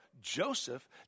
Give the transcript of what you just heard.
Joseph